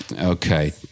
okay